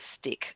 stick